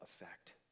effect